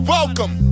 Welcome